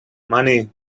money